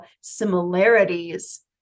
similarities